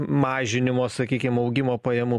mažinimo sakykim augimo pajamų